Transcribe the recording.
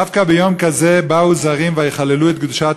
דווקא ביום כזה באו זרים ויחללו את קדושת